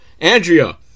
Andrea